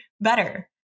better